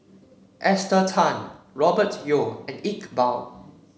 Esther Tan Robert Yeo and Iqbal